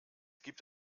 gibt